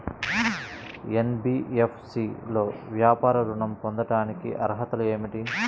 NBFC లో వ్యాపార ఋణం పొందటానికి అర్హతలు ఏమిటీ?